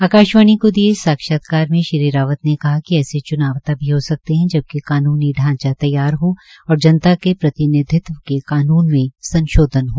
आकाशवाणी के दिए साक्षात्कार में श्री रावत ने कहा कि ऐसे च्नाव तभी हो सकते है जबकि कानूनी ढांचा तैयार हो और जनता के प्रतिनिधित्व के कानून में संशोधन हो